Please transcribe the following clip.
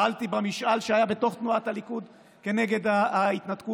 פעלתי במשאל שהיה בתוך תנועת הליכוד כנגד ההתנתקות,